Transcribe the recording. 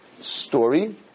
story